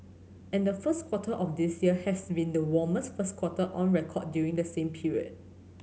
and the first quarter of this year has been the warmest first quarter on record during the same period